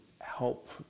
help